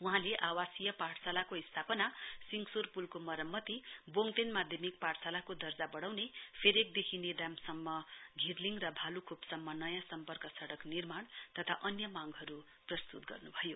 वहाँले आवाशीय पाठशालाको स्थापना सिङसोर पुलको मरम्मति बोङतेन माध्यमिक पाठशालाको दर्जा बडाउने फेरेकदेखि नेदामसम्म घिर्लिङ निर्माण भालुखोपसम्म नयाँ सम्पर्क सडक निर्माण र अन्य मांगहरू प्रस्तुत गर्नु भयो